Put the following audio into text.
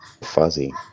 Fuzzy